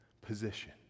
position